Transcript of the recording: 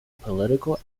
political